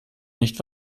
nicht